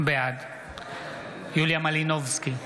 בעד יוליה מלינובסקי,